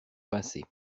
pincée